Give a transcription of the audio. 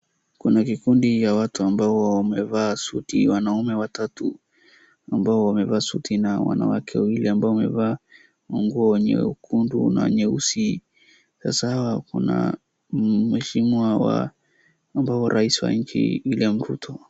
Kuna kikundi ya watu ambao wamevaa suti wanaume watato, ambao wamevaa suti na wanawake wawili ambao wamevaa nguo nyekundu na nyeusi sawa kuna mheshimiwa wa ambaye ni rais wa nchi William Ruto.